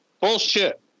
Bullshit